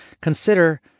Consider